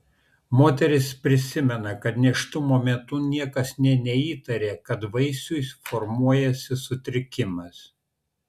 moteris prisimena kad nėštumo metu niekas nė neįtarė kad vaisiui formuojasi sutrikimas